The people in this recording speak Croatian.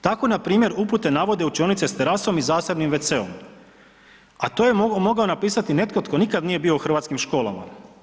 Tako npr. upute navode učionice s terasom i zasebnim wc-om, a to je mogao napisati netko tko nikad nije bio u hrvatskim školama.